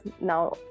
now